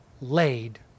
laid